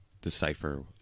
decipher